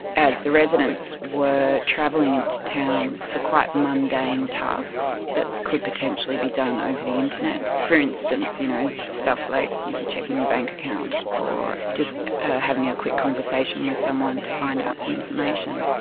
as the residents were travelling into town for quite mundane tasks that could potentially be done over the internet for instance, you know stuff like you know checking your bank account or just having a quick conversation with someone to find out some information.